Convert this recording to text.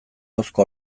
ahozko